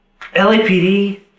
LAPD